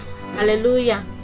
hallelujah